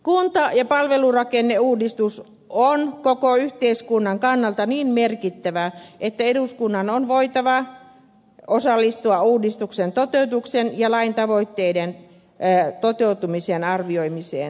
kunta ja palvelurakenneuudistus on koko yhteiskunnan kannalta niin merkittävä että eduskunnan on voitava osallistua uudistuksen toteutuksen ja lain tavoitteiden toteutumisen arvioimiseen